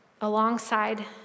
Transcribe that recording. alongside